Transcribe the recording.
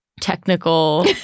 technical